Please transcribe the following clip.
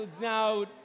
now